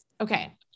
okay